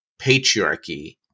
patriarchy